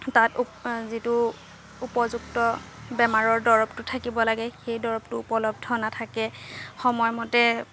তাত যিটো উপযুক্ত বেমাৰৰ দৰৱটো থাকিব লাগে সেই দৰৱটো উপলব্ধ নাথাকে সময়মতে